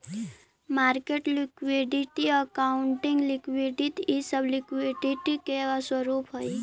market liquidity, accounting liquidity इ सब liquidity के स्वरूप हई